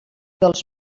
dels